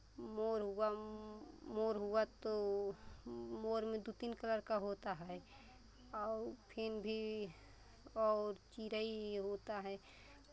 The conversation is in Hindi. मोर हुआ मोर हुआ तो मोर में दो तीन कलर का होता है और फिर भी और चिड़ै होता है